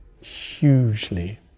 hugely